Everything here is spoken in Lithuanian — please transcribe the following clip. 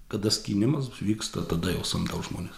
kada skynimas vyksta tada jau samdau žmones